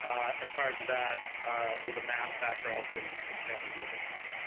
and prior to that with a math background from from stanford university.